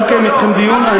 אני לא מקיים אתכם דיון.